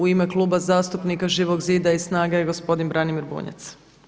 U ime Kluba zastupnika Živog zida i SNAGA je gospodin Branimir Bunjac.